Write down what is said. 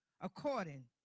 according